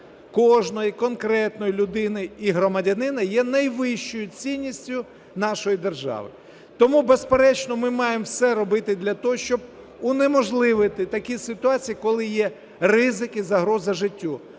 кожної конкретної людини і громадянина є найвищою цінністю нашої держави. Тому, безперечно, ми маємо все робити для того, щоб унеможливити такі ситуації, коли є ризик і загроза життю.